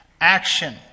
action